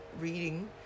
reading